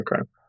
Okay